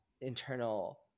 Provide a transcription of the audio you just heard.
internal